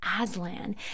Aslan